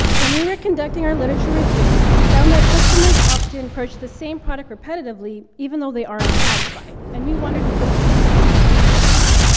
when we were conducting our literature review, we found that customers often purchased the same product repetitively, even though they aren't satisfied, and we wondered if this was the same for our participants.